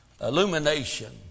Illumination